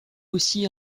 aussi